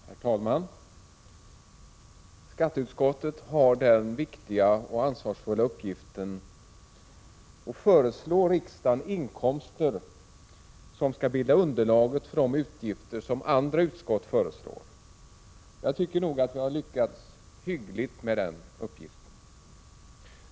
Herr talman! Skatteutskottet har den viktiga och ansvarsfulla uppgiften att föreslå riksdagen inkomster som skall bilda underlaget för de utgifter som andra utskott föreslår. Jag tycker nog att vi har lyckats hyggligt med den uppgiften.